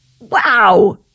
Wow